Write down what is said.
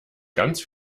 ganz